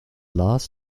last